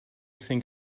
think